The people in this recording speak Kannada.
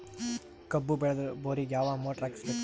ಕಬ್ಬು ಬೇಳದರ್ ಬೋರಿಗ ಯಾವ ಮೋಟ್ರ ಹಾಕಿಸಬೇಕು?